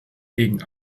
gegen